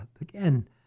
again